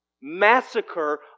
massacre